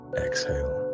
exhale